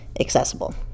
accessible